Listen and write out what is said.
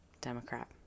Democrat